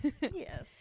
Yes